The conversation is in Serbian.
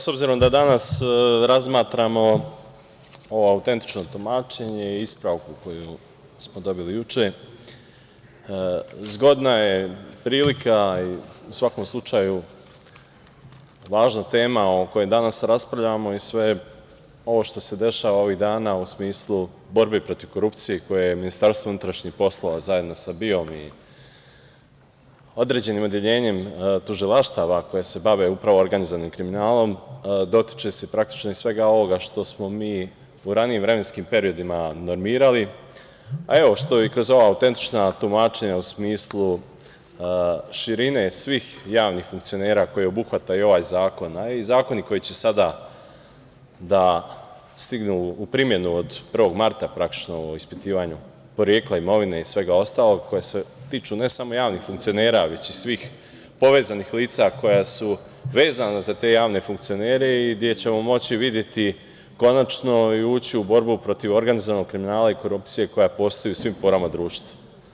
S obzirom da danas razmatramo ovo autentično tumačenje i ispravku koju smo dobili juče zgodna je prilika i u svakom slučaju važna tema o kojoj danas raspravljamo i sve ovo što se dešava ovih dana u smislu borbe korupcije, koje je MUP zajedno sa BIA i određenim odeljenjem tužilaštava koji se bave upravo organizovanim kriminalom, dotiče se praktično i svega ovog što smo mi u ranijim vremenskim periodima normirali, što i kroz ova autentična tumačenja u smislu širine svih javnih funkcionera, koje obuhvata i ovaj zakon, a i zakoni koji će sa da stignu u primenu od 1. marta praktično o ispitivanju porekla imovine i svega ostalog, koja se tiču ne samo javnih funkcionera, već i svih povezanih lica koja su vezana za te javne funkcionere i gde ćemo moći videti konačno i ući u borbu protiv organizovanog kriminala i korupcije koja postoji u svim porama društva.